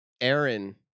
aaron